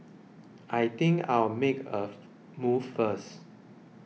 I think I'll make a move first